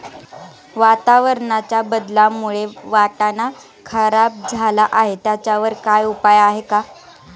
वातावरणाच्या बदलामुळे वाटाणा खराब झाला आहे त्याच्यावर काय उपाय आहे का?